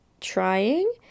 trying